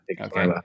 Okay